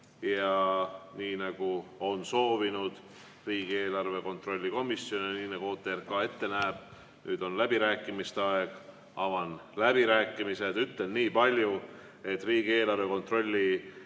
Nii nagu on soovinud riigieelarve kontrolli erikomisjon ja nii nagu OTRK arutelu kord ette näeb, nüüd on läbirääkimiste aeg. Avan läbirääkimised. Ütlen niipalju, et riigieelarve kontrolli